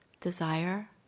desire